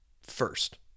first